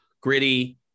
gritty